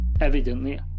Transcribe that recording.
Evidently